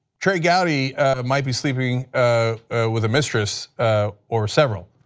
trey gowdy might be sleeping with a mistress or several.